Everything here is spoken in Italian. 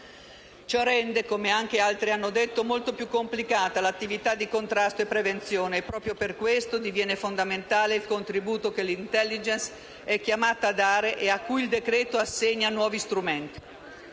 o IS). Come anche altri hanno detto, ciò rende molto più complicata 1'attività di contrasto e prevenzione e, proprio per questo, diviene fondamentale il contributo che l'*intelligence* è chiamata a dare e a cui il decreto-legge assegna nuovi strumenti.